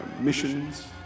missions